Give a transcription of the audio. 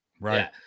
right